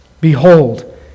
Behold